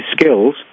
skills